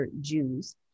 Jews